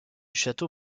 château